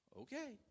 Okay